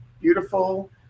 beautiful